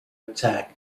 attack